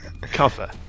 cover